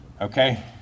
okay